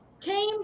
came